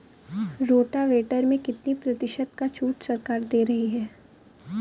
Rotavator में कितनी प्रतिशत का छूट सरकार दे रही है?